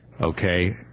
Okay